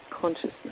consciousness